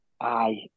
Aye